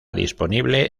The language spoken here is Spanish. disponible